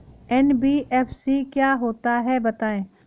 NBFC क्या होता है बताएँ?